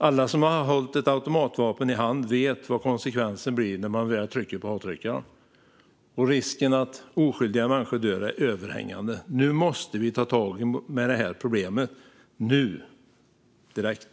Alla som har hållit ett automatvapen i hand vet vad konsekvensen blir när man väl trycker på avtryckaren: Risken att oskyldiga människor dör är överhängande. Nu måste vi tag i det här problemet - nu, direkt.